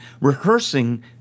rehearsing